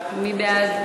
מי בעד?